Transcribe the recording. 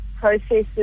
processes